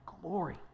glory